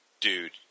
dude